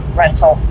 rental